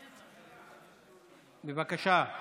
בבקשה.